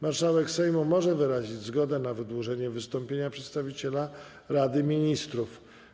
Marszałek Sejmu może wyrazić zgodę na wydłużenie wystąpienia przedstawiciela Rady Ministrów.